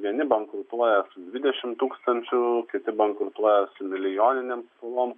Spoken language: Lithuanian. vieni bankrutuoja dvidešimt tūkstančių kiti bankrutuoja su milijoninėm skolom